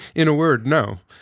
in a word, no,